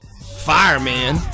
Fireman